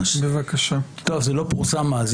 זה לא פורסם אז.